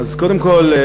אז קודם כול,